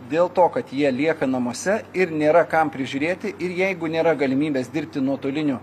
dėl to kad jie lieka namuose ir nėra kam prižiūrėti ir jeigu nėra galimybės dirbti nuotoliniu